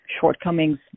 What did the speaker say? shortcomings